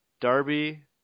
Darby